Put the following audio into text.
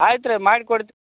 ಆಯ್ತು ರೀ ಮಾಡಿ ಕೊಡ್ತೀವಿ